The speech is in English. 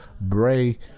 Bray